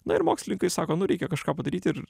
na ir mokslininkai sako nu reikia kažką padaryt ir